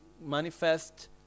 manifest